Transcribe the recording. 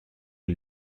lui